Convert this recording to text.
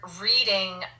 reading